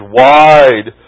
wide